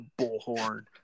bullhorn